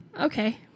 okay